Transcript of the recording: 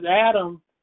Adam